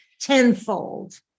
tenfold